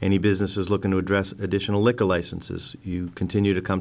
any business is looking to address additional liquor licenses continue to come